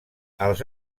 els